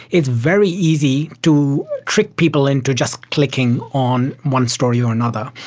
it's very easy to trick people into just clicking on one story or another.